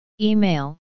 Email